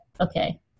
okay